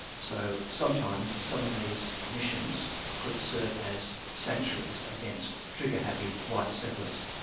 so sometimes some of these missions could serve as sanctuaries against trigger-happy white settlers.